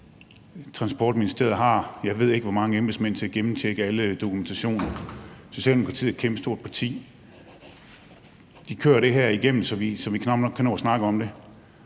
Transportministeriet har, jeg ved ikke hvor mange embedsmænd til at gennemtjekke alle dokumentationer, Socialdemokratiet er et kæmpestort parti, og de kører det her igennem, så vi knap nok kan nå at